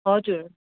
हजुर